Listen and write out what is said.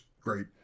great